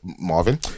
Marvin